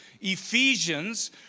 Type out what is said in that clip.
Ephesians